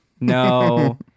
No